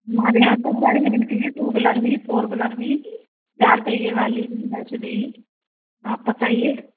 हमारे यहाँ सब गाड़ी मिलती हैं टू व्हीलर भी फोर व्हीलर भी चार पहिये वाली भी दस भी आप बताइए